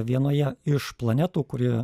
vienoje iš planetų kuri